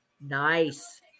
Nice